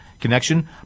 connection